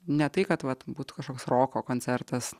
ne tai kad vat būtų kažkoks roko koncertas